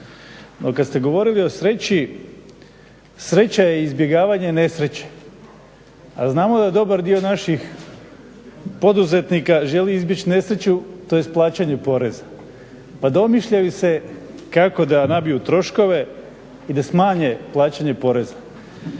kad ste govorili o sreći, sreća je izbjegavanje nesreće. A znamo da dobar dio naših poduzetnika želi izbjeći nesreću, tj. plaćanje poreza. Pa domišljaju se kako da nabiju troškove i da smanje plaćanje poreza.